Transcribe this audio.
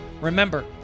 Remember